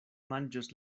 manĝos